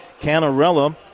Canarella